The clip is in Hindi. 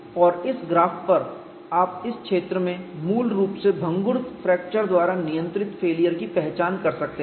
और इस ग्राफ पर आप इस क्षेत्र में मूल रूप से भंगुर फ्रैक्चर द्वारा नियंत्रित फेलियर की पहचान कर सकते हैं